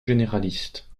généraliste